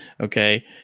Okay